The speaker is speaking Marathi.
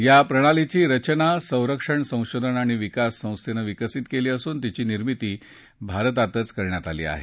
या प्रणालीची रचना सरक्षण संशोधन आणि विकास संस्थेन विकसित केली असून तिची निर्मिती भारतातच करण्यात आली आहे